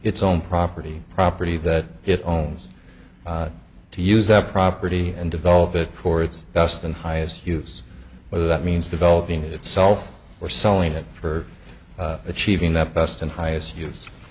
its own property property that it owns to use that property and develop it for its best and highest use whether that means developing itself or selling it for achieving that best and highest use